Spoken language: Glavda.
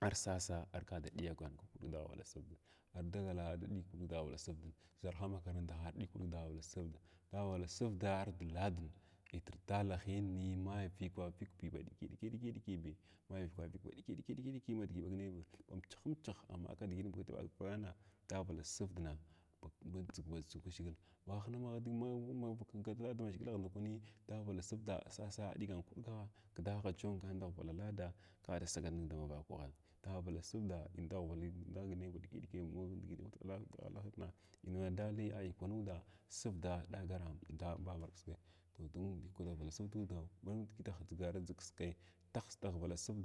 arsasa ka ardi ɗiyagan kudga daghwvala sərdin ardagala arda ɗiya kudgn dala kuɗg daghwvala sərdin, daghwvala sərda arda laadin ltr dalahiyin may vigwaviig ba ɗiki ɗiki ɗikibi mai vigwaviigi ba ɗiki ɗiki bi ma diʒi inɓa naya ba umchhumchah amma kadgi ɓagh ɓagana davala sərding ba badʒugwa ʒhigil ba hna ma ma mau magh vak dada maʒhg agh ndakwai davala sərda asasa aɗigan kuɗgaghan kda agh jongan davala laa kada sagal ning da mavakwahin davala sərda indaghwvala kwan nag nay baɗiki ɗiki digin managnay ma inwa da li ayukwa nudna sərvda ɗagara a ambabara kiskai toh ko dun daghwvala sərdin baɗum digi adʒigan dʒigkiskai tihs daghwvala sərda.